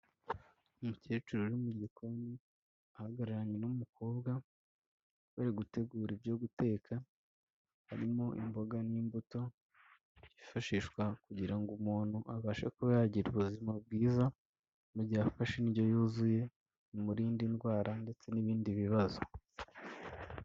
Umukecuru uri mu gikoni ahagararanye n'umukobwa bari gutegura ibyo guteka harimo imboga n'imbuto byifashishwa kugira ngo umuntu abashe kuba yagira ubuzima bwiza, mu gihe afashe indyo yuzuye imurinda indwara ndetse n'ibindi bibazo.